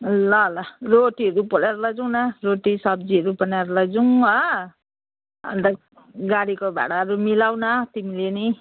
ल ल रोटीहरू पोलेर लैजाउँ न रोटी सब्जीहरू बनाएर लैजाउँ हो अन्त गाडीको भाडाहरू मिलाउँ न तिमीले नै